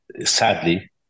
sadly